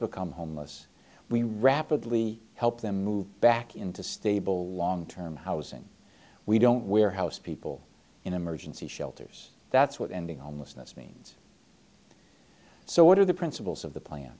become homeless we rapidly help them move back into stable long term housing we don't warehouse people in emergency shelters that's what ending homelessness means so what are the principles of the plan